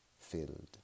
filled